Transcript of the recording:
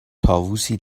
طاووسی